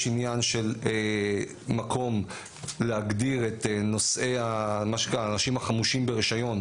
יש עניין של מקום להגדיר את מה שנקרא האנשים החמושים ברישיון,